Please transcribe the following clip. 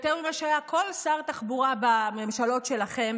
יותר ממה שהיה כל שר תחבורה בממשלות שלכם,